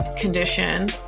condition